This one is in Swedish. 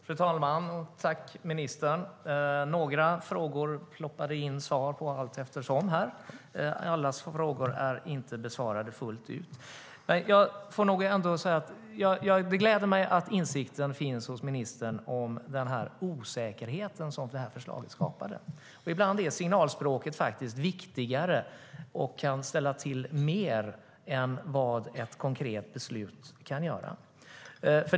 Fru talman! Jag tackar ministern. Några frågor ploppade det in svar på allteftersom, men alla frågor är inte besvarade fullt ut. Det gläder mig att insikten finns hos ministern om den osäkerhet som det här förslaget skapade. Ibland är signalspråket faktiskt viktigare och kan ställa till mer än vad ett konkret beslut kan göra.